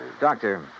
Doctor